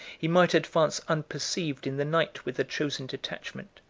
he might advance unperceived in the night with a chosen detachment.